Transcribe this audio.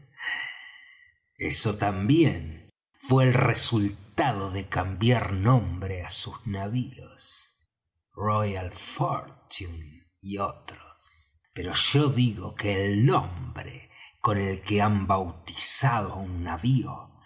eso también fué el resultado de cambiar nombre á sus navíos royal fortune y otros pero yo digo que el nombre con que han bautizado á un